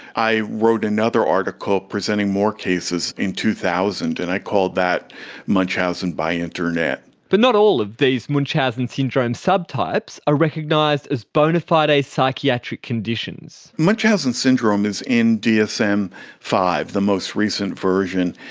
i wrote another article presenting more cases in two thousand and i called that munchausen by internet. but not all of these munchausen syndrome subtypes are recognised as bona fide psychiatric conditions. munchausen syndrome is in d s m five, the most recent version,